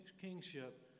kingship